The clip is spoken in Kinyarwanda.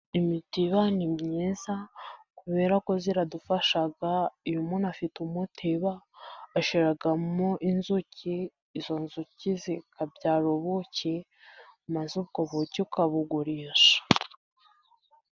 Imitiba ni myiza kubera ko ziradufasha iyo umuntu afite umutiba ashoramo inzuki. Izo nzuki zikabyara ubuki maze ubwo buki ukabugurisha.